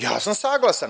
Ja sam saglasan.